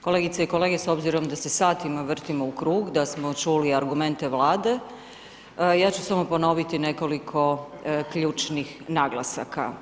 Kolegice i kolege s obzirom da se satima vrtimo u krug, da smo čuli argumente vlade, ja ću samo ponoviti nekoliko ključnih naglasaka.